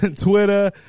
Twitter